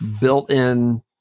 built-in